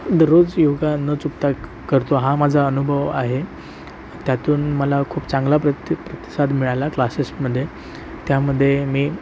दररोज योगा न चुकता करतो हा माझा अनुभव आहे त्यातून मला खूप चांगला प्रति प्रतिसाद मिळाला क्लासेसमध्ये त्यामध्ये मेन